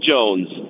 Jones